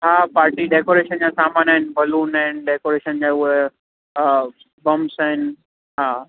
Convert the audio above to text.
हा party decoration जा सामान आहिनि बलून आहिनि डेकोरेशन जा हूअ हा बम्स आहिनि हा